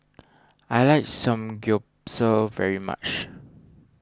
I like Samgyeopsal very much